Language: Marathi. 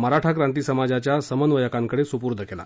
मराठा क्रांती समाजच्या समन्वयकांकडे सुपूर्द केला